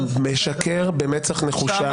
משקר במצח נחושה.